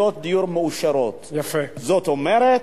160,000 יחידות דיור מאושרות, זאת אומרת,